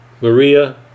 Maria